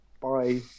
Bye